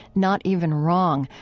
not even wrong,